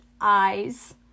eyes